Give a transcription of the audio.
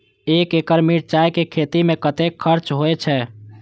एक एकड़ मिरचाय के खेती में कतेक खर्च होय छै?